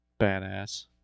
Badass